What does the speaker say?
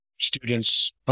students